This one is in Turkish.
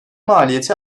maliyeti